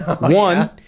One